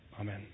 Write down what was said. amen